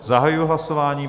Zahajuji hlasování.